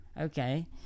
okay